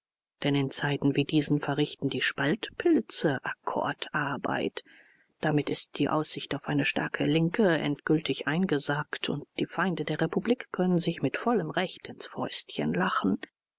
denn in zeiten wie diesen verrichten die spaltpilze akkordarbeit damit ist die aussicht auf eine starke linke endgültig eingesargt und die feinde der republik können sich mit vollem recht ins fäustchen lachen